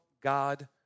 God